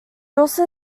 also